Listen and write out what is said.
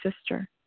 sister